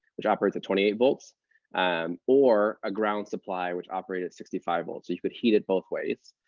which operates at twenty eight volts um or a ground supply, which operates at sixty five volts. you could heat it both ways.